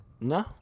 no